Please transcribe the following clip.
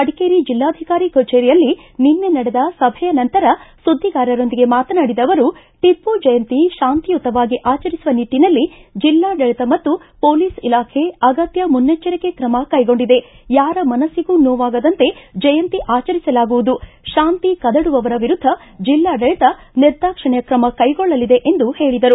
ಮಡಿಕೇರಿ ಜಿಲ್ಲಾಧಿಕಾರಿ ಕಚೇರಿಯಲ್ಲಿ ನಿನ್ನೆ ನಡೆದ ಸಭೆಯ ನಂತರ ಸುದ್ದಿಗಾರರೊಂದಿಗೆ ಮಾತನಾಡಿದ ಅವರು ಟಿಪ್ಪು ಜಯಂತಿ ಶಾಂತಿಯುತವಾಗಿ ಆಚರಿಸುವ ನಿಟ್ಟನಲ್ಲಿ ಜಿಲ್ಲಾಡಳಿತ ಮತ್ತು ಖೊಲೀಸ್ ಇಲಾಖೆ ಅಗತ್ಯ ಮುನ್ನೆಚ್ಚರಿಕೆ ಕ್ರಮ ಕೈಗೊಂಡಿದೆ ಯಾರ ಮನಸ್ಸಿಗೂ ನೋವಾಗದಂತೆ ಜಯಂತಿ ಆಚರಿಸಲಾಗುವುದು ಶಾಂತಿ ಕದಡುವವರ ವಿರುದ್ದ ಜಿಲ್ಲಾಡಳಿತ ನಿರ್ದಾಕ್ಷಿಣ್ಣ ತ್ರಮ ಕೈಗೊಳ್ಳಲಿದೆ ಎಂದು ಹೇಳಿದರು